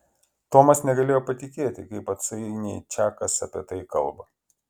tomas negalėjo patikėti kaip atsainiai čakas apie tai kalba